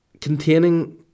Containing